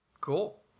Cool